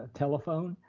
ah telephone.